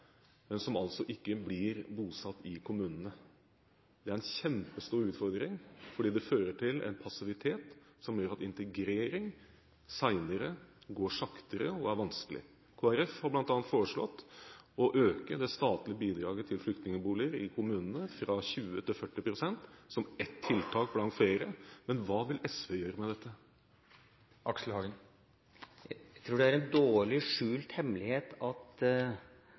men som ikke blir bosatt i kommunene. Det er en kjempestor utfordring fordi det fører til en passivitet som gjør at integrering senere går saktere og er vanskelig. Kristelig Folkeparti har bl.a. foreslått å øke det statlige bidraget til flyktningboliger i kommunene fra 20 til 40 pst. som ett tiltak blant flere. Men hva vil SV gjøre med dette? Jeg tror det er en dårlig skjult hemmelighet at